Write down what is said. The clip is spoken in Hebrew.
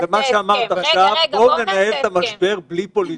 מה שאמרת עכשיו זה: בואו ננהל את המשבר בלי פוליטיקה,